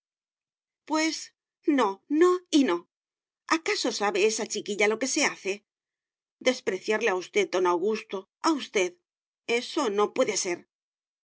pues no no y no acaso sabe esa chiquilla lo que se hace despreciarle a usted don augusto a usted eso no puede ser